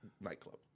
nightclub